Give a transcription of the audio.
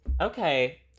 Okay